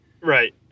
right